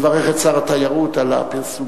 אני מברך את שר התיירות על הפרסומים,